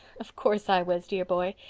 of course, i was, dear boy.